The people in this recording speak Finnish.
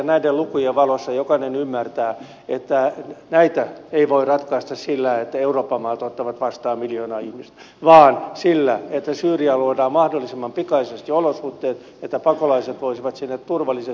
näiden lukujen valossa jokainen ymmärtää että tätä ei voi ratkaista sillä että euroopan maat ottavat vastaan miljoona ihmistä vaan sillä että syyriaan luodaan mahdollisimman pikaisesti sellaiset olosuhteet että pakolaiset voisivat sinne turvallisesti palata